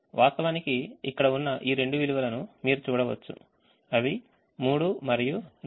వాస్తవానికి ఇక్కడ ఉన్న ఈ రెండు విలువలను మీరు చూడవచ్చుఅవి 3 మరియు 4